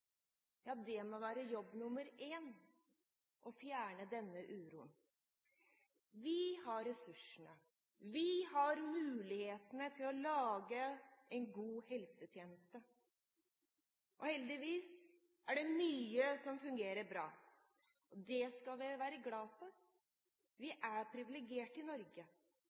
ja, det må være jobb nr. 1 å fjerne denne uroen. Vi har ressursene og mulighetene til å lage en god helsetjeneste. Heldigvis er det mye som fungerer bra. Det skal vi være glade for. Vi er privilegerte i Norge.